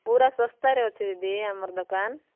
ପୁରା ଶସ୍ତାରେ ଅଛି ଦିଦି ଆମର ଦୋକାନ